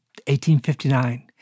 1859